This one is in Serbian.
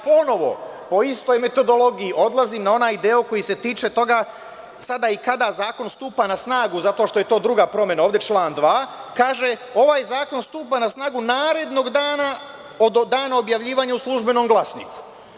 Ponovo po istoj metodologiji odlazim na onaj deo koji se tiče toga sada i kada zakon stupa na snagu, zato što je to druga promena, ovde član 2. kaže – ovaj zakon stupa na snagu narednog dana od dana objavljivanja u Službenom glasniku.